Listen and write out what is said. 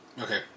Okay